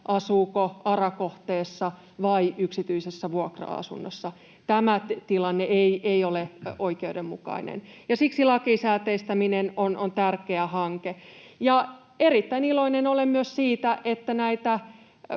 asuuko ARA-kohteessa vai yksityisessä vuokra-asunnossa. Tämä tilanne ei ole oikeudenmukainen, ja siksi lakisääteistäminen on tärkeä hanke. Erittäin iloinen olen myös siitä, että näitä